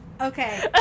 Okay